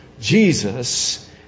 Jesus